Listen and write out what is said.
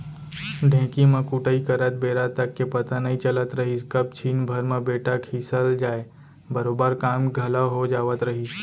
ढेंकी म कुटई करत बेरा तक के पता नइ चलत रहिस कब छिन भर म बेटा खिसल जाय बरोबर काम घलौ हो जावत रहिस